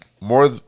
More